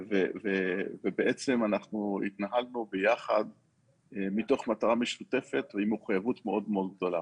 בעצם אנחנו התנהלנו ביחד מתוך מטרה משותפת ועם מחויבות גדולה מאוד.